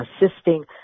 assisting